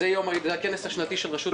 זה הכנס השנתי של רשות ניירות ערך.